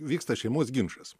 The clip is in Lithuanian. vyksta šeimos ginčas